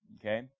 Okay